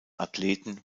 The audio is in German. athleten